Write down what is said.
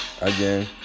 again